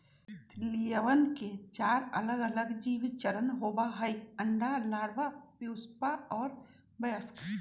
तितलियवन के चार अलगअलग जीवन चरण होबा हई अंडा, लार्वा, प्यूपा और वयस्क